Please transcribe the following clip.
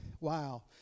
wow